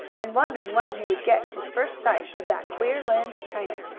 and wondering when he would get his first sight of that queer land of china.